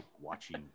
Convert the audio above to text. watching